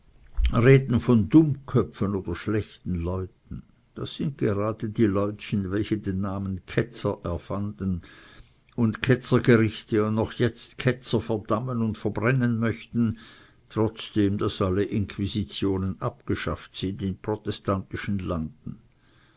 reden von dummköpfen oder schlechten leuten das sind gerade die leutchen welche den namen ketzer erfanden und ketzergerichte und noch jetzt ketzer verdammen und verbrennen möchten trotzdem daß alle inquisitionen abgeschafft sind in protestantischen landen